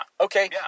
Okay